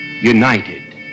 United